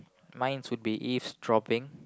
mine would be eavesdropping